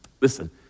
Listen